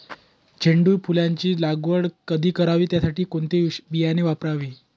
झेंडूच्या फुलांची लागवड कधी करावी? त्यासाठी कोणते बियाणे वापरावे?